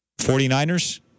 49ers